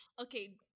Okay